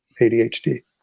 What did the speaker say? ADHD